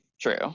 true